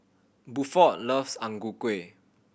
Buford loves Ang Ku Kueh